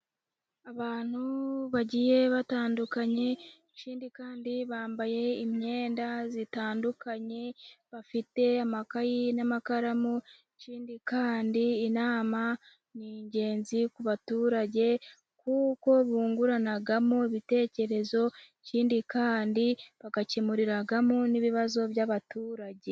Abantu bagiye batandukanye, ikindi kandi bambaye imyenda itandukanye, bafite amakayi n'amakaramu, ikindi kandi inama ni ingenzi ku baturage, kuko bunguranamo ibitekerezo, ikindi kandi bagakemuriramo n'ibibazo by'abaturage.